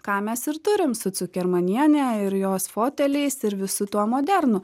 ką mes ir turim su cukermaniene ir jos foteliais ir visu tuo modernu